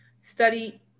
study